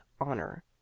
honor